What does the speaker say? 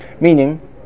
Meaning